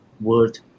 word